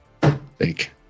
Thank